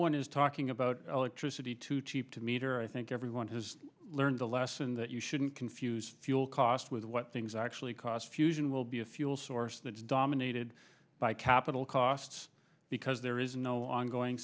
one is talking about electricity too cheap to meter i think everyone has learned a lesson that you shouldn't confuse fuel cost with what things actually cost fusion will be a fuel source that is dominated by capital costs because there is no ongoing